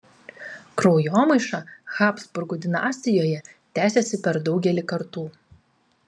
kraujomaiša habsburgų dinastijoje tęsėsi per daugelį kartų